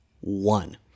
one